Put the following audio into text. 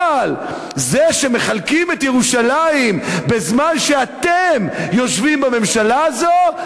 אבל זה שמחלקים את ירושלים בזמן שאתם יושבים בממשלה הזאת,